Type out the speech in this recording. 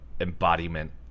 embodiment